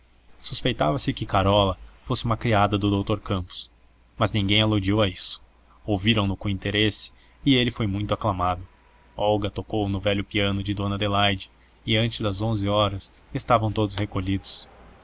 carola suspeitava se que carola fosse uma criada do doutor campos mas ninguém aludiu a isso ouviram no com interesse e ele foi muito aclamado olga tocou no velho piano de dona adelaide e antes das onze horas estavam todos recolhidos